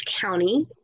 county